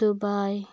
Dubai